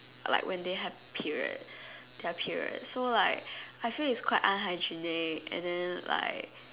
like when they have period their period so like I feel is quite unhygienic and then like